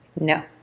No